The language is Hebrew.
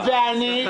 גפני ואני,